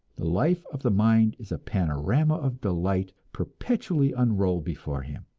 the life of the mind is a panorama of delight perpetually unrolled before him.